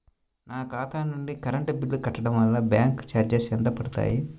నా ఖాతా నుండి కరెంట్ బిల్ కట్టడం వలన బ్యాంకు చార్జెస్ ఎంత పడతాయా?